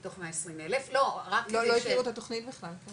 מתוך 120 אלף --- לא הכירו את התוכנית בכלל.